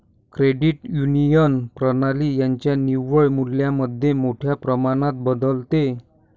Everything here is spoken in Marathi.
क्रेडिट युनियन प्रणाली त्यांच्या निव्वळ मूल्यामध्ये मोठ्या प्रमाणात बदलते